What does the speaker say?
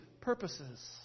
purposes